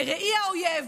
בראי האויב,